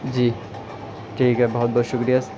جی ٹھیک ہے بہت بہت شکریہ سر